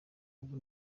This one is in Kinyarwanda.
ubu